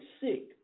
sick